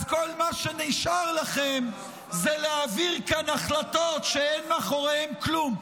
אז כל מה שנשאר לכם זה להעביר כאן החלטות שאין מאחוריהן כלום.